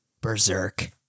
Berserk